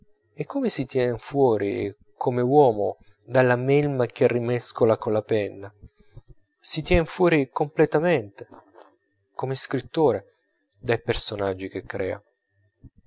e come si tien fuori come uomo dalla melma che rimescola colla penna si tien fuori completamente come scrittore dai personaggi che crea